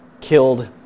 killed